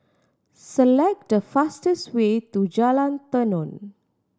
select the fastest way to Jalan Tenon